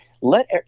Let